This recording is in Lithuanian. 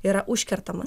yra užkertamas